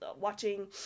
watching